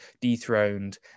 dethroned